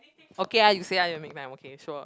okay ah you say ah you make my okay sure